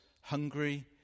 Hungry